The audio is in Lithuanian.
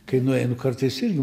kai nueinu kartais irgi